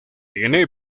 tiene